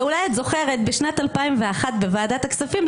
ואולי את זוכרת בשנת 2001 בוועדת הכספים,